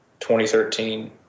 2013